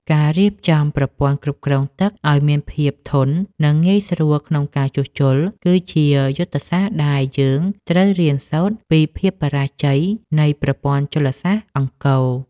ការរៀបចំប្រព័ន្ធគ្រប់គ្រងទឹកឱ្យមានភាពធន់ និងងាយស្រួលក្នុងការជួសជុល គឺជាយុទ្ធសាស្ត្រដែលយើងត្រូវរៀនសូត្រពីភាពបរាជ័យនៃប្រព័ន្ធជលសាស្ត្រអង្គរ។